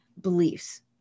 beliefs